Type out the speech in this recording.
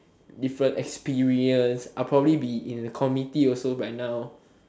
different experience I would probably be in a different committee also by now